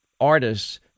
artists